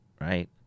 right